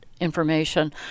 information